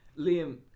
Liam